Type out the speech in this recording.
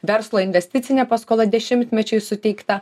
verslo investicinė paskola dešimtmečiui suteikta